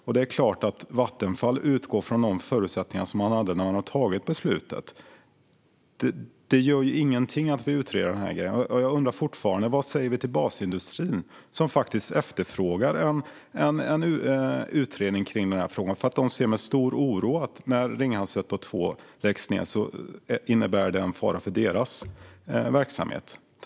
Givetvis utgår Vattenfall från de förutsättningar som fanns när beslutet togs. Det gör ingenting att vi utreder detta. Jag undrar fortfarande vad vi säger till basindustrin, som efterfrågar en utredning. De ser med stor oro på att Ringhals 1 och 2 läggs ned eftersom det innebär en fara för deras verksamhet.